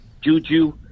Juju